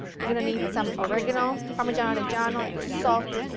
you're going to need some oregano, parmeggiano reggiano, salt,